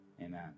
amen